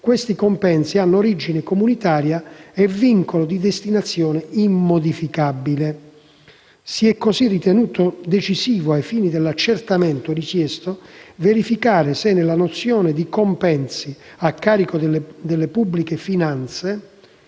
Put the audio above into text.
tali compensi hanno origine comunitaria e vincolo di destinazione immodificabile. Si è così ritenuto decisivo, ai fini dell'accertamento richiesto, verificare se nella nozione di «compensi a carico delle pubbliche finanze»